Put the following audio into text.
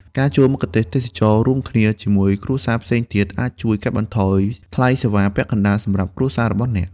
ការជួលមគ្គុទ្ទេសក៍ទេសចរណ៍រួមគ្នាជាមួយគ្រួសារផ្សេងទៀត អាចជួយកាត់បន្ថយថ្លៃសេវាពាក់កណ្តាលសម្រាប់គ្រួសាររបស់អ្នក។